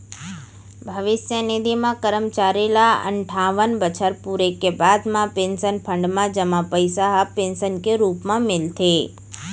भविस्य निधि म करमचारी ल अनठावन बछर पूरे के बाद म पेंसन फंड म जमा पइसा ह पेंसन के रूप म मिलथे